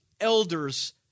elders